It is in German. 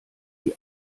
die